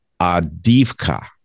Adivka